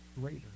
greater